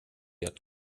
jak